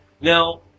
Now